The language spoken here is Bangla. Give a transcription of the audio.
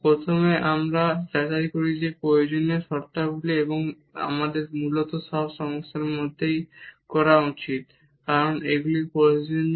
প্রথমে আমরা যাচাই করি প্রয়োজনীয় শর্তাবলী এবং আমাদের মূলত সব সমস্যার মধ্যেই করা উচিত কারণ এইগুলি প্রয়োজনীয়